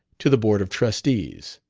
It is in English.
to the board of trustees.